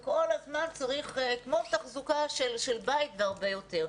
זה כל הזמן צריך כמו תחזוקה של בית והרבה יותר.